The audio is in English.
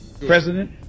president